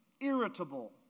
irritable